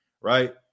Right